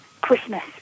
Christmas